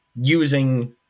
using